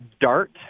Dart